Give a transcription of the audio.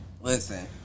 Listen